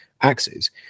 axes